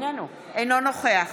אינו נוכח